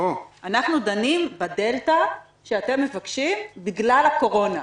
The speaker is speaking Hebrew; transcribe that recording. אנחנו דנים בדלתא שאתם מבקשים בגלל הקורונה.